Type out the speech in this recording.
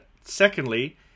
secondly